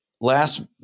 last